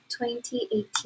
2018